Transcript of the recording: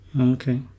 okay